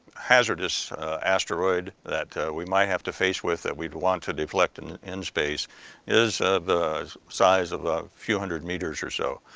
hazardous asteroid that we might have to face with that we'd want to deflect and in space is the size of a few hundred meters or so,